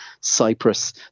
cyprus